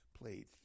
played